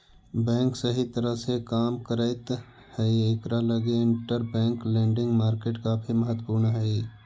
bank सही तरह से काम करैत हई इकरा लगी इंटरबैंक लेंडिंग मार्केट काफी महत्वपूर्ण हई